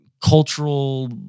cultural